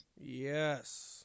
yes